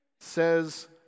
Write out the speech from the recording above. says